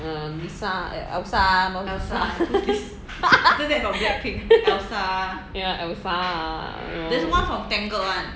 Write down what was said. err lisa err elsa who's lisa elsa